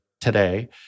today